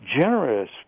generous